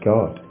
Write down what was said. God